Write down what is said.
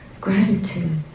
gratitude